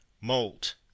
molt